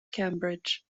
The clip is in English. cambridge